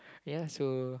ya so